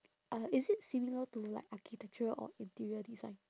uh is it similar to like architectural or interior design